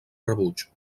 rebuig